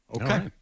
Okay